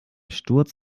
sturz